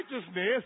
righteousness